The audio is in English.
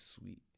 sweet